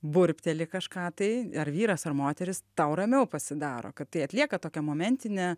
burbteli kažką tai ar vyras ar moteris tau ramiau pasidaro kad tai atlieka tokią momentinę